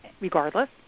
regardless